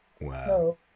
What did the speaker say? wow